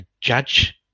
judge